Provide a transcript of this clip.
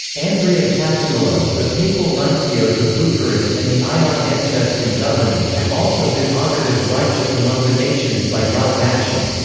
andrea cassulo, the papal nuncio to bucharest and the ion antonescu government had also been honoured as righteous among the nations by yad vashem.